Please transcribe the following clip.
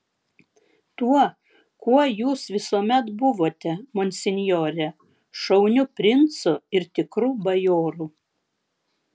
tuo kuo jūs visuomet buvote monsinjore šauniu princu ir tikru bajoru